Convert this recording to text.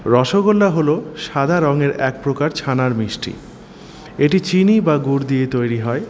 রসগোল্লা হলো সাদা রঙের এক প্রকার ছানার মিষ্টি এটি চিনি বা গুড় দিয়ে তৈরি হয়